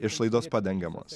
išlaidos padengiamos